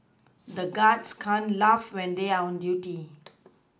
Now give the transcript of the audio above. the guards can't laugh when they are on duty